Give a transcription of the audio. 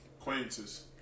Acquaintances